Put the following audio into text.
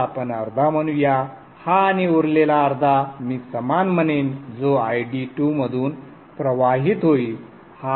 तर आपण अर्धा म्हणू या हा आणि उरलेला अर्धा मी समान म्हणेन जो ID2 मधून प्रवाहित होईल हा D2 आहे